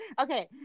Okay